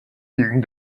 gegen